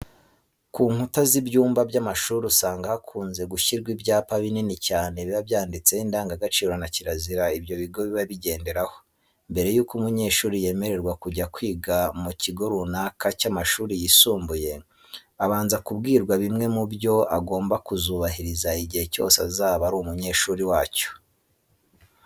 Ku nkuta z'ibyumba by'amashuri usanga hakunze gushyirwa ibyapa binini cyane biba byanditseho indangagaciro na kirazira ibyo bigo biba bigenderaho. Mbere yuko umunyeshuri yemererwa kujya kwiga mu kigo runaka cy'amashuri yisumbuye, abanza kubwirwa bimwe mu byo agomba kuzubahiriza igihe cyose azaba ari umunyeshuri wacyo.